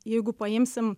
jeigu paimsim